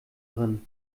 drin